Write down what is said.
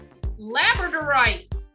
Labradorite